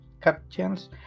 captains